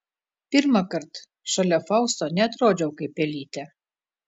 pirmąkart šalia fausto neatrodžiau kaip pelytė